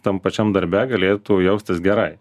tam pačiam darbe galėtų jaustis gerai